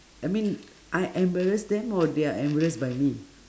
I mean I embarrass them or they are embarrassed by me